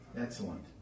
Excellent